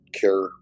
care